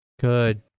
good